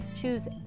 Choose